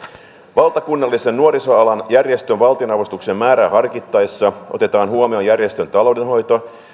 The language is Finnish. valtakunnallisen nuorisoalan järjestön valtionavustuksen määrää harkittaessa otetaan huomioon järjestön taloudenhoito